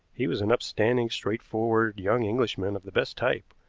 he was an upstanding, straightforward young englishman of the best type,